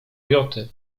joty